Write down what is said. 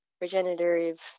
regenerative